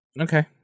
Okay